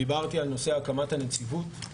דיברתי על נושא הקמת הנציבות,